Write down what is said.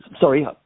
Sorry